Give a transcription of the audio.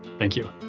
thank you